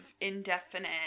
indefinite